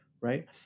right